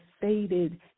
faded